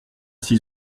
six